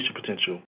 potential